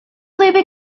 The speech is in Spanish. debe